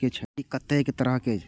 मिट्टी कतेक तरह के?